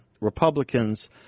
Republicans